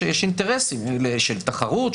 יש אינטרסים של תחרות,